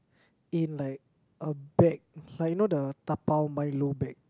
in like a bag like you know the dabao Milo bag